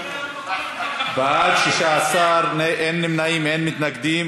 בעד, 16, אין נמנעים, אין מתנגדים.